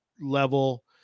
level